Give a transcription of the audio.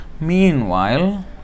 Meanwhile